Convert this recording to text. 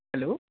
hello